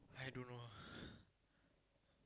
I don't know ah